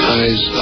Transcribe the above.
eyes